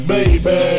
Baby